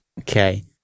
Okay